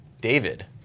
David